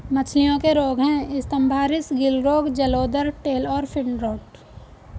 मछलियों के रोग हैं स्तम्भारिस, गिल रोग, जलोदर, टेल और फिन रॉट